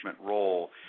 role